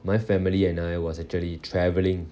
my family and I was actually travelling